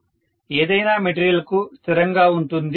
Bmax ఏదైనా material కు స్థిరంగా ఉంటుంది